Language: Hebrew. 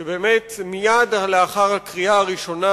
שבאמת, מייד לאחר הקריאה הראשונה,